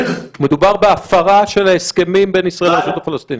מדובר בהפרה של ההסכמים בין ישראל לרשות הפלסטינית.